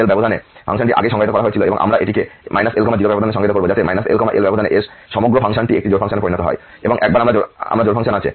সুতরাং 0 L এ ফাংশনটি আগে থেকেই সংজ্ঞায়িত করা হয়েছিল এবং আমরা এখন এটিকে L 0 ব্যবধানে সংজ্ঞায়িত করব যাতে L L ব্যবধান এর সমগ্র ফাংশনটি একটি জোড় ফাংশনে পরিণত হয়